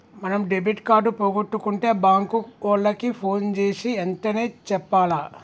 మనం debit card పోగొట్టుకుంటే bank ఓళ్ళకి పోన్ జేసీ ఎంటనే చెప్పాల